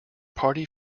party